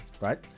right